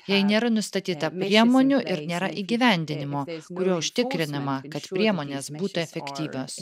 jei nėra nustatyta priemonių ir nėra įgyvendinimo kuriuo užtikrinama kad priemonės būtų efektyvios